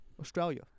Australia